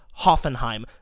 Hoffenheim